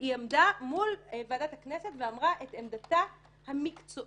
היא עמדה מול ועדת הכנסת ואמרה את עמדתה המקצועית,